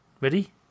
Ready